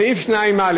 סעיף 2(א),